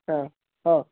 हा हो